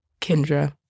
Kendra